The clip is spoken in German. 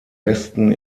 westen